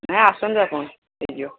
ନାଇଁ ଆସନ୍ତୁ ଆପଣ ହୋଇଯିବ